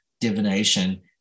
divination